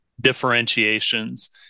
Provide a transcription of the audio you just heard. differentiations